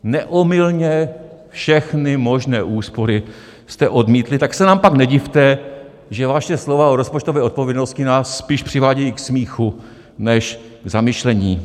Neomylně všechny možné úspory jste odmítli, tak se nám pak nedivte, že vaše slova o rozpočtové odpovědnosti nás spíš přivádějí k smíchu než k zamyšlení.